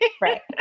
right